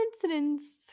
Coincidence